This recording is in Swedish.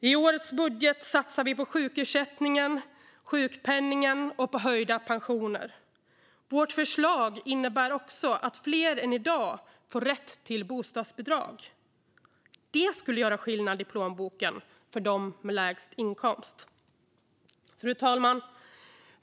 I årets budget satsar vi på sjukersättningen och sjukpenningen och på höjda pensioner. Vårt förslag innebär också att fler än i dag får rätt till bostadsbidrag. Det skulle göra skillnad i plånboken för dem med lägst inkomst. Fru talman!